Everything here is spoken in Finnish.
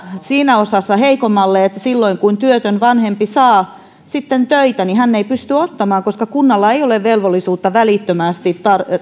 siinä osassa heikommalle koska silloin kun työtön vanhempi saa sitten töitä niin hän ei pysty sitä ottamaan koska kunnalla ei ole velvollisuutta välittömästi